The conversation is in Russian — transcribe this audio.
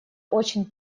очень